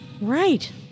right